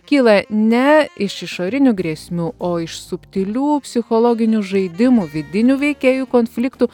kyla ne iš išorinių grėsmių o iš subtilių psichologinių žaidimų vidinių veikėjų konfliktų